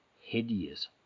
hideous